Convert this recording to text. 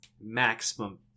maximum